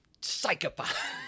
psychopath